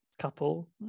couple